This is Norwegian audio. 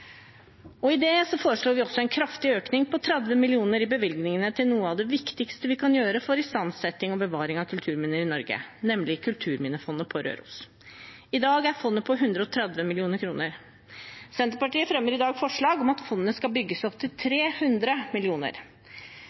I det foreslår vi også en kraftig økning på 30 mill. kr i bevilgningene til noe av det viktigste vi har for istandsetting og bevaring av kulturminner i Norge, nemlig Kulturminnefondet på Røros. I dag er fondet på 130 mill. kr. Senterpartiet fremmer i dag forslag om at fondet skal bygges opp til 300